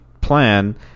plan